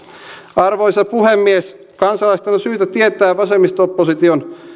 arvoisa puhemies kansalaisten on syytä tietää ja vasemmisto opposition